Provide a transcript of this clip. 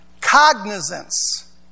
cognizance